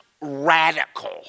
radical